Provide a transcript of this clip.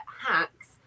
hacks